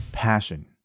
passion